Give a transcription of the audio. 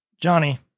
Johnny